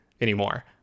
anymore